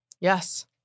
Yes